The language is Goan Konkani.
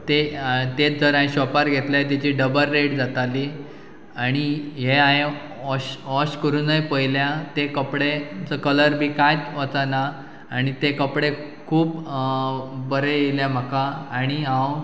ते तेच जर हांवें शॉपार घेतले तेची डबल रेट जाताली आनी हे हांवें वॉश वॉश करुनूय पयल्या ते कपडेचो कलर बी कांयच वचना आनी ते कपडे खूब बरें येले म्हाका आनी हांव